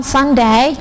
Sunday